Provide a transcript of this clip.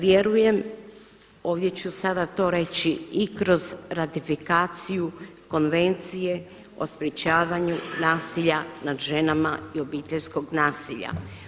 Vjerujem ovdje ću sada to reći i kroz ratifikaciju Konvencije o sprječavanju nasilja nad ženama i obiteljskog nasilja.